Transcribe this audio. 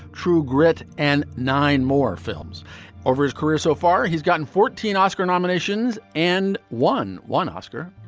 true grit and nine more films over his career. so far, he's gotten fourteen oscar nominations and won one oscar.